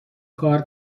کار